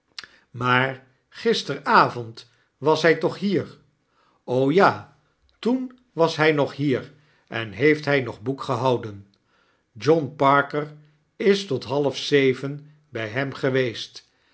maar gisteravond was hy toch hier ja toen was hy nog hier en heeft hy nog boek gehouden john parker is tot halfzeven by hem geweest